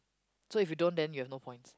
so if you don't then you have no points